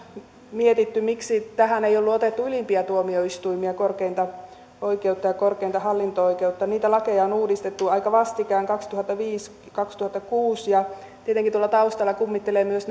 mietitty miksi tähän ei ollut otettu ylimpiä tuomioistuimia korkeinta oikeutta ja korkeinta hallinto oikeutta niitä lakeja on uudistettu aika vastikään kaksituhattaviisi viiva kaksituhattakuusi ja tietenkin tuolla taustalla kummittelevat myös